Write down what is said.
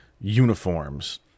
uniforms